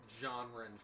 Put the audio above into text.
genre